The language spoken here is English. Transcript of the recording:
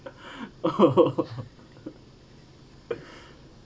oh